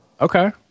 Okay